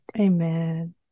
amen